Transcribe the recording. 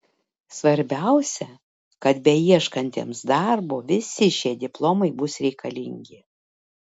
svarbiausia kad beieškantiems darbo visi šie diplomai bus reikalingi